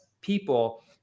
people